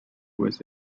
with